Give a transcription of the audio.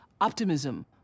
optimism